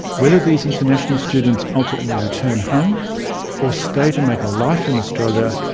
whether these international students ultimately return home or stay to make a life in australia,